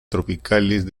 tropicales